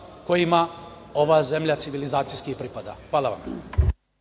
kojima ova zemlja civilizacijski i pripada. Hvala vam.